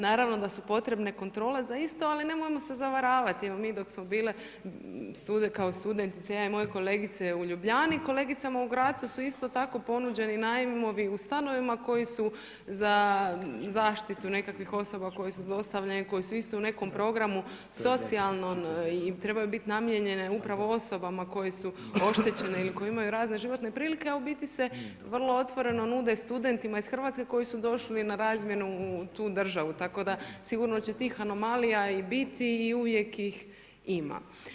Naravno da su potrebne kontrole za isto, ali nemojmo se zavarati, mi dok smo bile kao studentice ja i moje kolegice u Ljubljani, kolegicama u Grazu, su isto tako ponuđeni najmovi u stanovima koji su za zaštitu nekakvih osoba koje su zlostavljani, koji su u istom nekom programu socijalnom i trebaju biti namijenjen upravo osobama koje su oštećene ili koje imaju razne životne prilike, a u biti se vrlo otvoreno nude studentima iz Hrvatske koji su došli na razmjenu u tu državu, tako da sigurno će tih anomalija i biti i uvijek ih ima.